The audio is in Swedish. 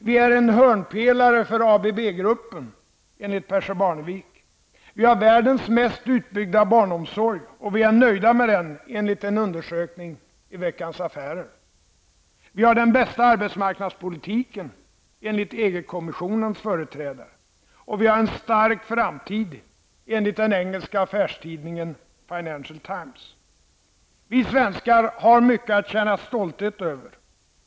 Vi är en hörnpelare för ABB-gruppen, enligt Percy Vi har världens mest utbyggda barnomsorg och vi är nöjda med den enligt en undersökning i Veckans Vi har den bästa arbetsmarknadspolitiken enligt Vi har en stark framtid enligt den engelska affärstidningen Financial Times. Vi svenskar har mycket att känna stolthet över.